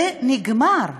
זה, נגמר.